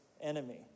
enemy